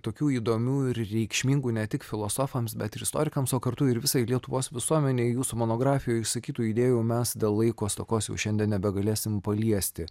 tokių įdomių ir reikšmingų ne tik filosofams bet ir istorikams o kartu ir visai lietuvos visuomenei jūsų monografijoje išsakytų idėjų mes dėl laiko stokos jau šiandien nebegalėsim paliesti